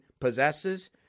possesses